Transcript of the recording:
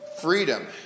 Freedom